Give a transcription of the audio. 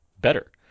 better